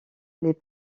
les